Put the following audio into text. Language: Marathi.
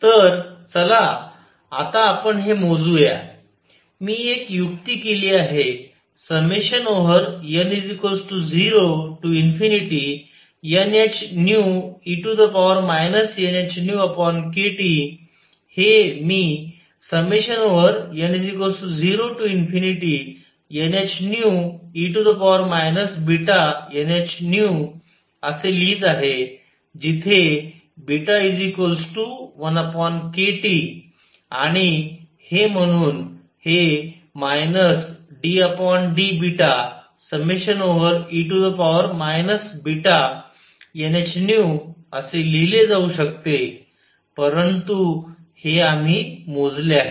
तर चला आता आपण हे मोजुया मी एक युक्ती केली आहे n0nhνe nhνkT हे मी n0nhνe βnhν असे लिहीत आहे जिथेβ1kTआणि हे म्हणून हे ddβ∑e βnhν असे लिहिले जाऊ शकते परंतु हे आम्ही मोजले आहे